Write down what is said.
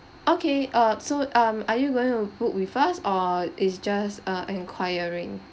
okay uh so um are you going to book with us or it's just uh enquiring